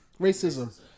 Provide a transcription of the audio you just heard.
racism